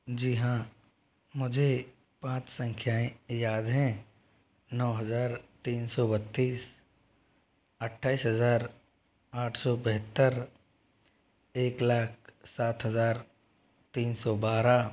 जी हाँ मुझे पाँच संख्याएँ याद हैं नौ हजार तीन सौ बत्तीस अठाईस हजार आठ सौ बहत्तर एक लाख सात हजार तीन सौ बारह